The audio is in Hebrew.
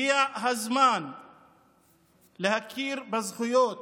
הגיע הזמן להכיר בזכויות